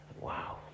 Wow